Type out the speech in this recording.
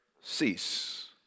cease